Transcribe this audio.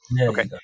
okay